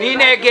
מי נגד?